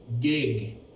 gig